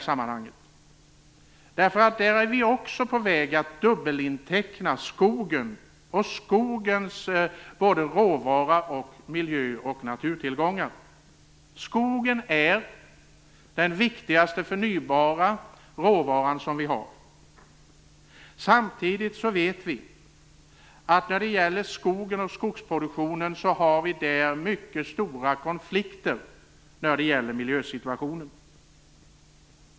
Vi är nämligen också på väg att dubbelinteckna skogen, både som råvara och som miljö och naturtillgång. Skogen är den viktigaste förnybara råvara vi har. Samtidigt vet vi att det här finns mycket stora konflikter med miljöintressena.